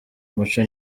muco